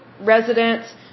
residents